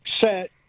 set